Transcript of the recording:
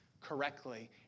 correctly